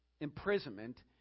imprisonment